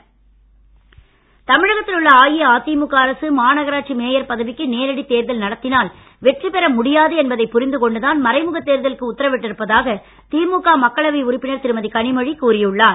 கனிமொழி தமிழகத்தில் உள்ள அஇஅதிமுக அரசு மாநகராட்சி மேயர் பதவிக்கு நேரடி தேர்தல் நடத்தினால் வெற்றி பெற முடியாது என்பதை புரிந்து கொண்டுதான் மறைமுக தேர்தலுக்கு உத்தரவிட்டிருப்பதாக திமுக மக்களவை உறுப்பினர் திருமதி கனிமொழி கூறி உள்ளார்